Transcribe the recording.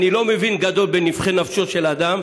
אני לא מבין גדול בנבכי נפשו של אדם,